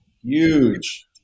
huge